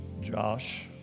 Josh